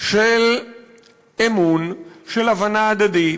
של אמון, של הבנה הדדית,